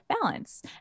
balance